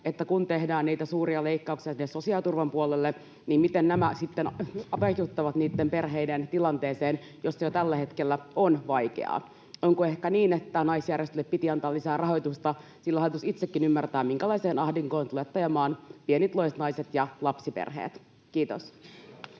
että kun tehdään niitä suuria leikkauksia sosiaaliturvan puolelle, niin miten nämä sitten vaikuttavat niitten perheiden tilanteeseen, joissa jo tällä hetkellä on vaikeaa. Onko ehkä niin, että naisjärjestöille piti antaa lisää rahoitusta, sillä hallitus itsekin ymmärtää minkälaiseen ahdinkoon tulette ajamaan pienituloiset naiset ja lapsiperheet? — Kiitos.